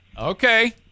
Okay